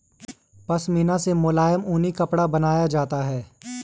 पशमीना से मुलायम ऊनी कपड़ा बनाया जाता है